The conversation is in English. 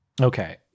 Okay